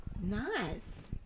Nice